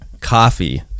coffee